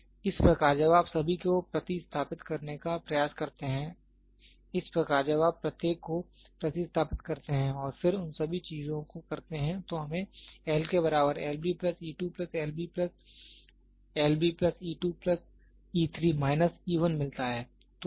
अब हम क्या करते हैं इस प्रकार जब आप सभी को प्रति स्थापित करने का प्रयास करते हैं इस प्रकार जब आप प्रत्येक को प्रति स्थापित करते हैं और फिर उन सभी चीजों को करते हैं तो हमें L के बराबर L b plus e 2 plus L b plus L b plus e 2 plus e 3 minus e 1 मिलता है